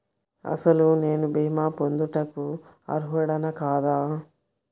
అసలు నేను భీమా పొందుటకు అర్హుడన కాదా?